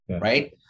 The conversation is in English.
right